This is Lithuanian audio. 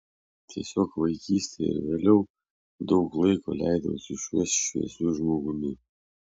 tiesiog vaikystėje ir vėliau daug laiko leidau su šiuo šviesiu žmogumi